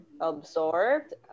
absorbed